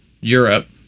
Europe